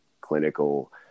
clinical